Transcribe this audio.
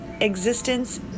existence